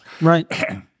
Right